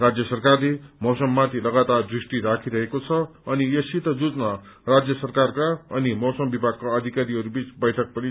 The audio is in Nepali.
राज्य सरकारले मैसममाथि लगातार दृष्टि राखिरहेको छ अनि यससित जुझन राज्य सरकारका अनि मौसम विभागका अधिकारीहरू बीच बैठक पनि गरियो